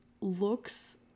looks